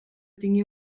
tingui